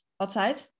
outside